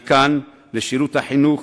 אני כאן בשירות החינוך.